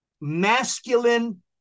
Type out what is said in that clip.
masculine